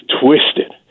twisted